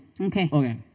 Okay